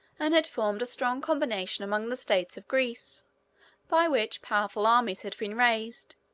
and had formed a strong combination among the states of greece by which powerful armies had been raised,